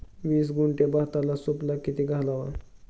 वीस गुंठे भाताला सुफला किती घालावा?